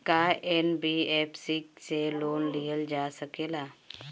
का एन.बी.एफ.सी से लोन लियल जा सकेला?